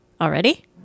Already